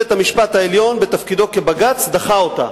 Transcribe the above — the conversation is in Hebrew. בית-המשפט העליון בתפקידו כבג"ץ דחה אותה.